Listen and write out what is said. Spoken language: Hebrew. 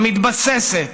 המתבססת